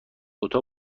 اتاق